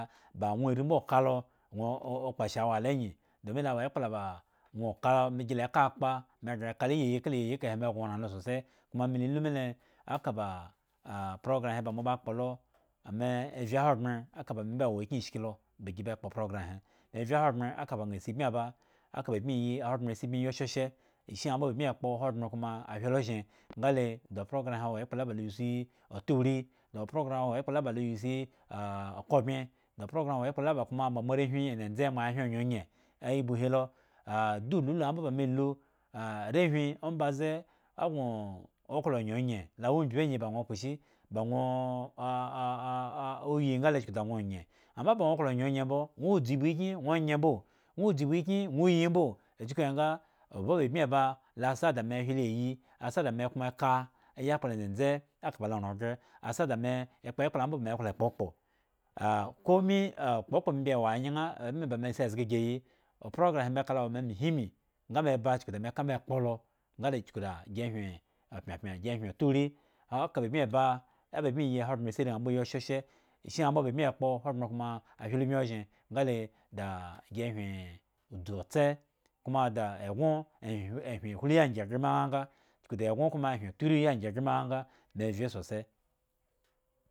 Ba ari mbo ka nwo kpo shawa lo nyi domin lowo ekpla ba nwo oka mi gi le ka akpa me gre ye ka lo iyeyi ka la iyeyi kale me goran lo sosai kuma me le lu mele aka baa progromme he mo kpo lo ame vye ahoghren aka ba me mbo awokyen ashki lo ba gi ba kpo programme he e vye ahogbren aka ba naa gi bmi aba akaa bmi iyi ahogbren si bmi yi shoshye eshi ambo bmi e kpo ahogbren hwie ozen nga leda op programme awo ekpla ba lo isii oturi da programme awo la ba la sii othbmye da programme kuma da moarewhi ndzendze ahwen onyenye aitu he lo "aa" du hulu ekpla aa mbo ba me lu "aa" arewhi ombaze oghwo nwo klo anyenye la mbibi ba nwo kposhi ba nwo ahah yi nga le chuku da nwo onye oba nwo klo nye nye mbo nwo dzu ibu kyekye nye mboo nwo dzu ibi kyekyen nwoyi mboo chuku kahe nga oboba bmi ba sa da me whwile yeyi asa da me kuma eka ayakpla ndzendze eka ba ran gre sa da mekpo ekple naa ba me klo kpokpo komin a kpokpo me mbi wo ayan eme ba me si zga egiyi o programme he me ka lola wo me mihmi nga me ba chuku da me ka me kpo nga me kpo lo nga le chuku daa gi hwen opyepyan gi hwen oturi awo ka bmi ba aba bmiyi ahobren gi areaa mbo ayi ghshye eshi naa mbo ba bmi ekpo ahogbren hwite bmi ozhen nga le da gi hwen udzu ots kuma da eggon ehwen hlu yi angye gremi nga nga chuku da eggon kuma hwan otori wu yi angye gremi nganga me vye dosai